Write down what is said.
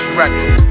record